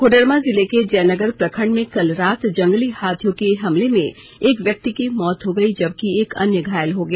कोडरमा जिले के जयनगर प्रखंड में कल रात जंगली हाथियों के हमले में एक व्यक्ति की मौत हो गयी जबकि एक अन्य घायल हो गया